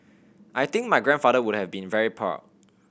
I think my grandfather would have been very proud